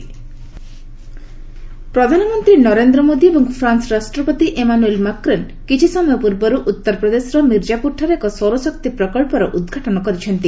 PM Varanasi ପ୍ରଧାନମନ୍ତ୍ରୀ ନରେନ୍ଦ୍ର ମୋଦି ଏବଂ France ରାଷ୍ଟ୍ରପତି ଏମାନୁଏଲ୍ ମାକ୍ରନ୍ କିଛି ସମୟ ପୂର୍ବରୁ ଉତ୍ତରପ୍ରଦେଶର ମିର୍କାପୁରଠାରେ ଏକ ସୌରଶକ୍ତି ପ୍ରକଳ୍ପର ଉଦ୍ଘାଟନ କରିଛନ୍ତି